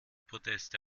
proteste